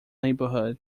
neighborhood